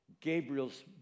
Gabriel's